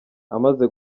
amaze